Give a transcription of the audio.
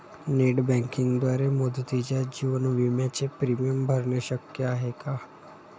Net बँकिंगद्वारे मुदतीच्या जीवन विम्याचे प्रीमियम भरणे शक्य आहे का?